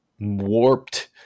warped